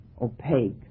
opaque